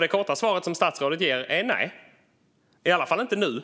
Det korta svaret som statsrådet ger är: Nej - i alla fall inte nu,